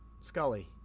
Scully